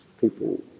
people